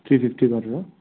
three fifty गरेर